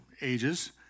ages